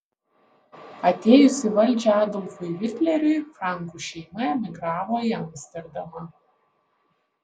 atėjus į valdžią adolfui hitleriui frankų šeima emigravo į amsterdamą